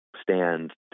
stand